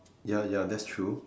ya ya that's true